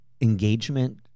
engagement